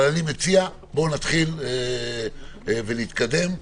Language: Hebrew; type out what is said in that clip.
אני מציע שנתחיל ונתקדם.